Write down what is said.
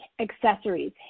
accessories